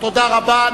תודה רבה.